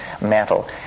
metal